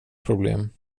problem